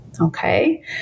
okay